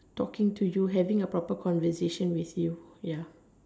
talking to you having a proper conversation with you ya